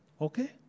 Okay